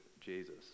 Jesus